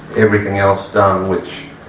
everything else done which